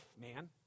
man